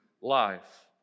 life